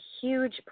huge